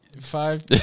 Five